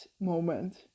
moment